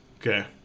okay